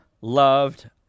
loved